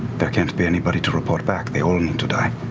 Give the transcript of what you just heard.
there can't be anybody to report back. they all need to die